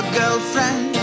girlfriend